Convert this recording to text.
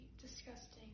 disgusting